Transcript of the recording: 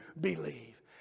believe